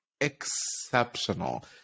exceptional